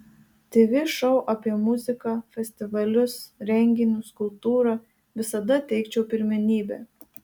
tv šou apie muziką festivalius renginius kultūrą visada teikčiau pirmenybę